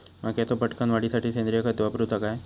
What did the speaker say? मक्याचो पटकन वाढीसाठी सेंद्रिय खत वापरूचो काय?